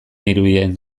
irudien